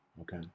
Okay